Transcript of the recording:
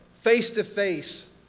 face-to-face